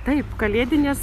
taip kalėdinės